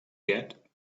get